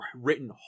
written